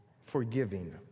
forgiving